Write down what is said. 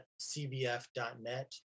CBF.net